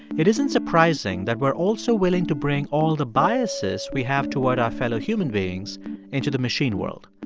it isn't surprising that we're all so willing to bring all the biases we have toward our fellow human beings into the machine world.